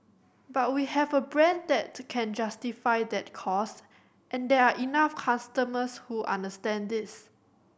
but we have a brand that can justify that cost and there are enough customers who understand this